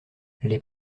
les